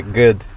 good